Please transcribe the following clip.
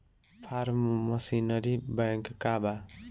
Form machinery bank का बा?